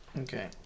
Okay